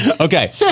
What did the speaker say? Okay